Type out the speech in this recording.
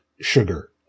sugar